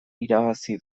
irabazi